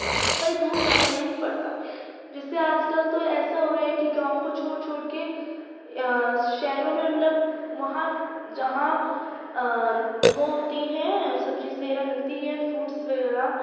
کہیں دور جانا نہیں پڑتا جس سے آج کل تو ایسا ہو رہا ہے كہ گاؤں كو چھوڑ چھوڑ كے شہروں میں مطلب وہاں جہاں وہ ہوتی ہیں سبجیز وغیرہ ملتی ہیں فروٹس وغیرہ